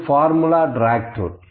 இது formula track tool